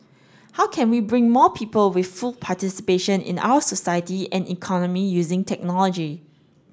how can we bring more people with full participation in our society and economy using technology